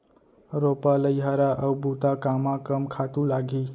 रोपा, लइहरा अऊ बुता कामा कम खातू लागही?